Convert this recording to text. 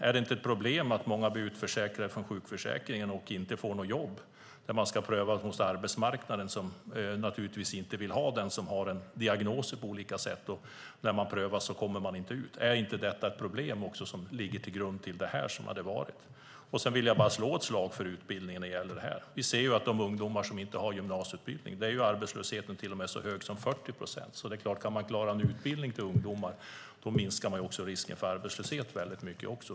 Är det inte ett problem att många blir utförsäkrade från sjukförsäkringen och inte får något jobb när de ska prövas mot arbetsmarknaden, som naturligtvis inte vill ha den som har en diagnos av något slag, och när de prövas kommer de inte ut? Är inte detta ett problem som också ligger till grund för det som har varit? Sedan vill jag bara slå ett slag för utbildning. Vi ser ju att bland de ungdomar som inte har gymnasieutbildning är arbetslösheten till och med så hög som 40 procent. Det är klart att kan man klara en utbildning till ungdomar minskar man också risken för arbetslöshet väldigt mycket.